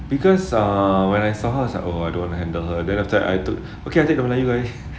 because ah when I somehow is like oh ada orang handle her then after that I took okay I take the melayu guy